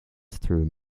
through